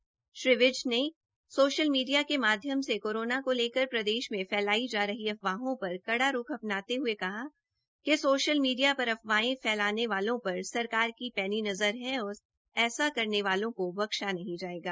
गृहमंत्री अनिल विज ने social media के माध्यम से कोरोना को लेकर प्रदेश में फैलाई जा रही अफवाहों पर कड़ा रुख अपनाते हुए कहा कि सोशल मिडिया पर अफवाहें फैलाने वालों पर सरकार की पैनी नजर है और ऐसा करने वालों को बख्शा नहीं जायेंगा